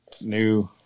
new